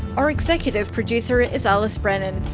our executive producer is alice brennan.